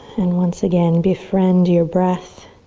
and once again, befriend your breath.